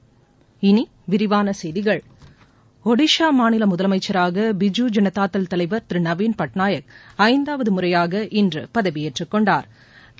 இனி விரிவான செய்திகள் ஒடிஸா மாநில முதலமைச்சராக பிஜூ ஜனதாதள தலைவா் திரு நவீன் பட்நாயக் ஐந்தாவது முறையாக இன்று பதவியேற்றுக் கொண்டாா்